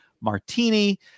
martini